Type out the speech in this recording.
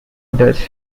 others